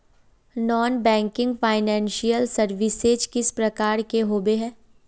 Non banking financial services किस प्रकार के होबे है?